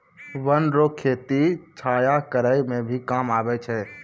वन रो खेती छाया करै मे भी काम आबै छै